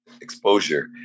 Exposure